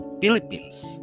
Philippines